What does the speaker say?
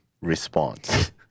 response